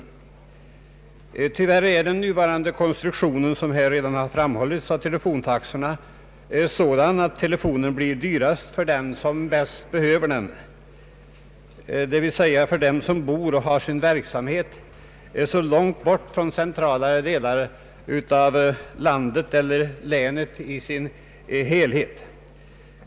Men tyvärr är som här redan framhållits den nuvarande konstruktionen av telefontaxorna sådan att telefonen blir dyrast för den som bäst behöver den, d.v.s. för den som bor och har sin verksamhet långt bort från centralare delar av länet och landet i sin helhet.